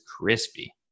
crispy